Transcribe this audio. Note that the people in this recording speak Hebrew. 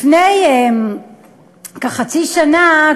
לפני כחצי שנה,